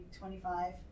twenty-five